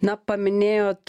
na paminėjot